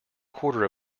quarter